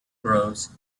groves